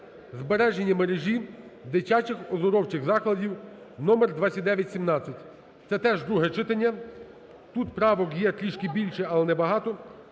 збереження мережі дитячих оздоровчих закладів (№2917). Це теж друге читання, тут правок є трішки більше, але небагато.